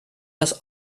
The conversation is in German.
das